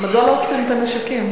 מדוע לא אוספים את הנשקים?